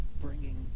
bringing